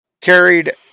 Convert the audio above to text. carried